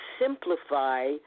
simplify